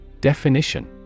Definition